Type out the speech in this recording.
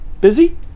busy